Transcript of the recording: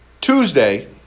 Tuesday